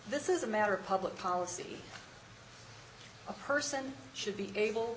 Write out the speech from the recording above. this is a matter of public policy a person should be able